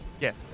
Yes